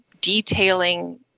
detailing